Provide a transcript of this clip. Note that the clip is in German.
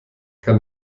kann